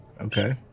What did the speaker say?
Okay